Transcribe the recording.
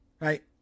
Right